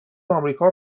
آمریکا